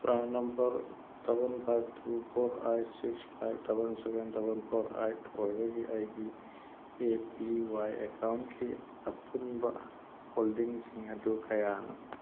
PRAN number double five two four eight six five double seven double four eight ꯑꯣꯏꯕꯒꯤ ꯑꯩꯒꯤ A P Y ꯑꯦꯀꯥꯎꯟꯀꯤ ꯑꯄꯨꯟꯕ ꯍꯣꯜꯗꯤꯡꯁꯤꯡ ꯑꯗꯨ ꯀꯌꯥꯅꯣ